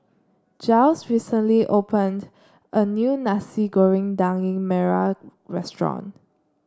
Jiles recently opened a new Nasi Goreng Daging Merah Restaurant